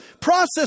process